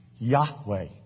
Yahweh